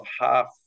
half